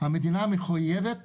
המדינה מחויבת